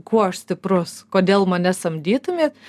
kuo aš stiprus kodėl mane samdytumėt